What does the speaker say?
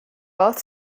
both